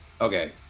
Okay